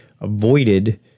avoided